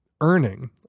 earning